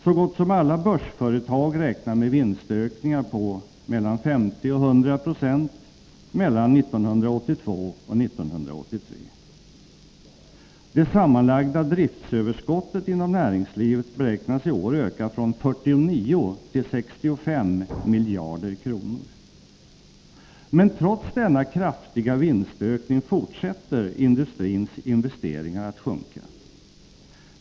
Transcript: Så gott som alla börsföretag räknar med vinstökningar på 50-100 26 mellan 1982 och 1983. Det sammanlagda driftöverskottet inom näringslivet beräknas i år öka från 49 till 65 miljarder kronor. Men trots denna kraftiga vinstökning fortsätter industrins investeringar att sjunka.